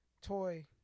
toy